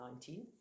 2019